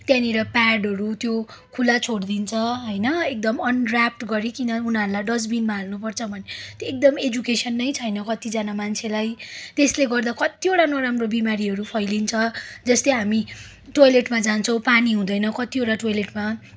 त्यहाँनिर प्याडहरू त्यो खुला छोडिदिन्छ होइन एकदम अनर्याप्ड गरिकन उनीहरूलाई डस्टबिनमा हाल्नुपर्छ भन्ने त्यो एकदम एजुकेेसन नै छैन कतिजना मान्छेलाई त्यसले गर्दा कत्तिवटा नराम्रो बिमारीहरू फैलिन्छ जस्तै हामी टोयलेटमा जान्छौँ पानी हुँदैन कतिवटा टोयलेटमा